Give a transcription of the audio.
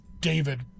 David